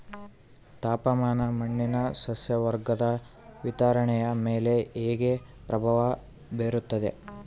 ತಾಪಮಾನ ಮಣ್ಣಿನ ಸಸ್ಯವರ್ಗದ ವಿತರಣೆಯ ಮೇಲೆ ಹೇಗೆ ಪ್ರಭಾವ ಬೇರುತ್ತದೆ?